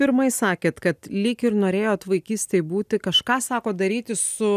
pirmai sakėt kad lyg ir norėjot vaikystėj būti kažką sakot daryti su